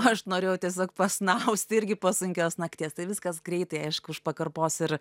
aš norėjau tiesiog pasnausti irgi po sunkios nakties tai viskas greitai aišku už pakarpos ir